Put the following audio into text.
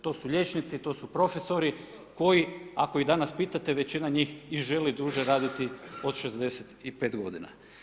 To su liječnici, to su profesori koji ako ih danas pitate, većina njih i želi duže raditi od 65 godina.